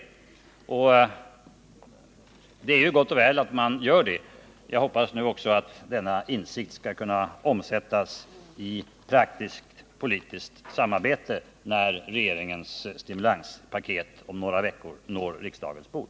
Det är ju gott och väl att man gör det. Jag hoppas nu också att denna insikt skall kunna omsättas i praktiskt politiskt samarbete när regeringens stimulanspaket om några veckor når riksdagens bord.